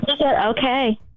Okay